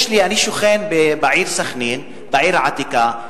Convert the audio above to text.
אני שוכן בעיר סח'נין, בעיר העתיקה.